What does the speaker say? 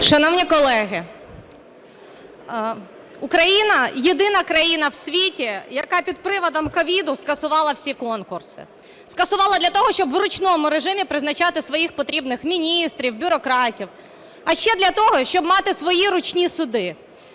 Шановні колеги, Україна – єдина країна в світі, яка під приводом COVID скасувала всі конкурси. Скасувала для того, щоб в ручному режимі призначати своїх потрібних міністрів, бюрократів, а ще для того, щоб мати свої "ручні" суди.